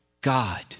God